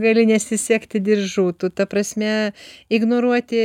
gali nesisegti diržų ta prasme ignoruoti